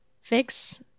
fix